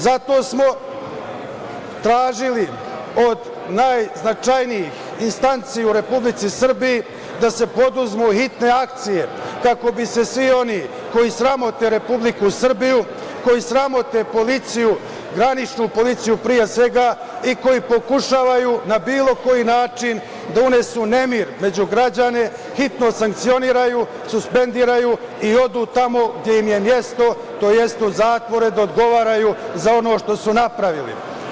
Zato smo tražili od najznačajnijih instanci u Republici Srbiji da se preduzmu hitne akcije kako bi se svi oni koju sramote Republiku Srbiju, koji sramote policiju, graničnu policiju pre svega i koji pokušavaju na bilo koji način da unesu nemir među građane, hitno sankcionišu, suspenduju i odu tamo gde im je mesto, tj. u zatvore da odgovaraju za ono što su napravili.